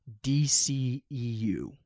DCEU